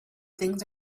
things